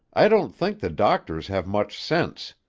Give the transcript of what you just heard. i don't think the doctors have much sense.